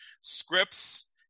scripts